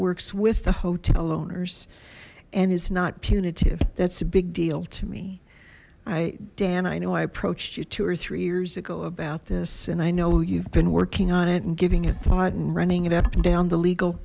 works with the hotel owners and it's not punitive that's a big deal to me i dan i know i approached you two or three years ago about this and i know you've been working on it and giving it thought and running it up and down the legal